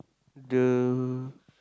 the